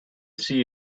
see